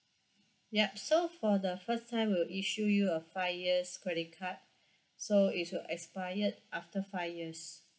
yup so for the first time we'll issue you a five years credit card so it will expire after five years